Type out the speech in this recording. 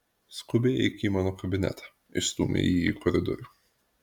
skubiai eik į mano kabinetą išstūmė jį į koridorių